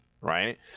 right